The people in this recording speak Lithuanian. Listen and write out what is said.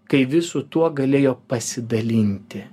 kai visu tuo galėjo pasidalinti